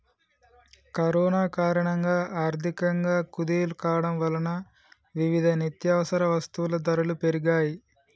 corona కారణంగా ఆర్థికంగా కుదేలు కావడం వలన వివిధ నిత్యవసర వస్తువుల ధరలు పెరిగాయ్